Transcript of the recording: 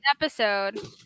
episode